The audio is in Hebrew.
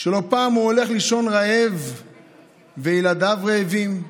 שלא פעם הוא הולך לישון רעב וילדיו רעבים,